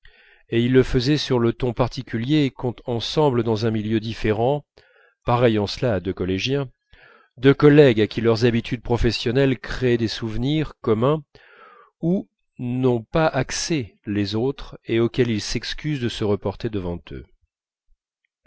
et il le faisait sur le ton particulier qu'ont ensemble dans un milieu différent pareils en cela à deux collégiens deux collègues à qui leurs habitudes professionnelles créent des souvenirs communs où n'ont pas accès les autres et auxquels ils s'excusent de se reporter devant eux